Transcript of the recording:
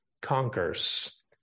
conquers